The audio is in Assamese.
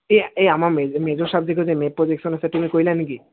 এই এই আমাৰ মেজৰ মেজৰ ছাবজেক্টৰ যে মেজৰ প্ৰজেক্টখ্ন আছে তুমি কৰিলা নেকি